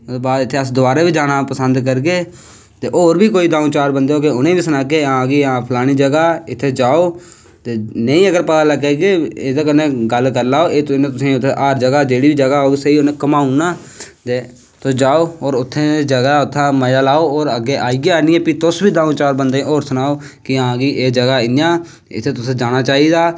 बाद च अस इत्थें जाना पसंद करगे ते होर बी कोई दऊं चार बंदे होगे उनेंगी बी सनागे कि हां फलानी जगाह् इत्थें जाओ नेईं अगर पता लग्गै ते एह्दे कन्नै गल्ल करी लैओ जेह्ड़ी बी उत्थें स्हेई जगाह् होग उनैं घुमाई ओड़ना ते तुस जाओ और उत्थें दी जगाह् दा मजा लैओ और अग्गैं आनियै तुस बी दऊं चार बंदें गी सनाओ कि हां कि एह् जगाह् इयां ऐ इत्थें तुसें जाना चाही दा